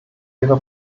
ihre